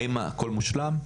האם הכל מושלם?